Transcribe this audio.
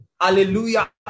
Hallelujah